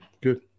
good